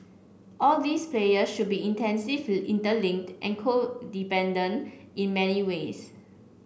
all these player should be intensive interlinked and codependent in many ways